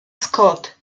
scott